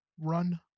run